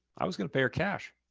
i was gonna pay her cash.